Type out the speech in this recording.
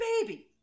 baby